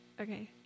Okay